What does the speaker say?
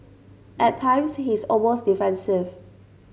at times he is almost defensive